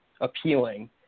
appealing